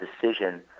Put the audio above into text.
decision